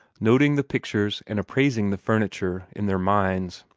noting the pictures and appraising the furniture in their minds.